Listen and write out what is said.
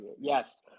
Yes